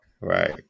Right